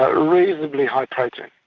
reasonably high protein.